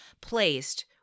placed